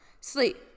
sleep